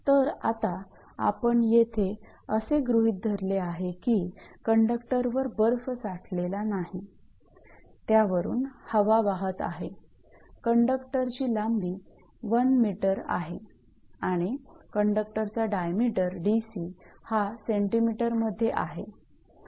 तर आता आपण येथे असे गृहीत धरले आहे की कंडक्टरवर बर्फ साठलेला नाही त्यावरून हवा वाहत आहे कंडक्टर ची लांबी 1 मिटर आहे आणि कंडक्टरचा डायमीटर 𝑑𝑐 हा सेंटीमीटर मध्ये आहे